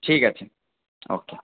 ঠিক আছে ওকে